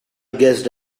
guessed